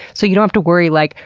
so you don't have to worry, like,